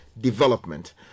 development